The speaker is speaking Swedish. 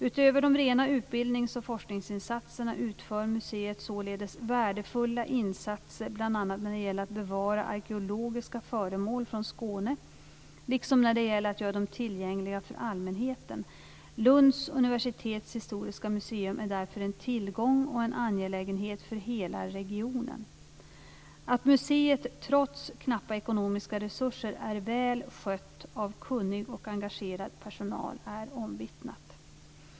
Utöver de rena utbildnings och forskningsinsatserna utför museet således värdefulla insatser bl.a. när det gäller att bevara arkeologiska föremål från Skåne, liksom när det gäller att göra dem tillgängliga för allmänheten. Lunds universitets historiska museum är därför en tillgång och en angelägenhet för hela regionen. Att museet, trots knappa ekonomiska resurser, är väl skött av kunnig och engagerad personal är omvittnat.